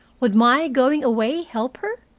would my going away help her?